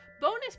Bonus